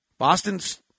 Boston's